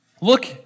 Look